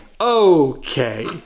Okay